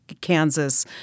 Kansas